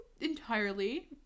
entirely